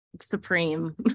Supreme